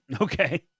Okay